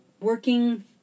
working